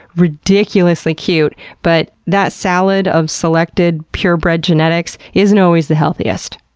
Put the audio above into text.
ridiculously cute, but that salad of selected, purebred genetics isn't always the healthiest.